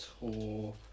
tour